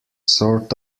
sort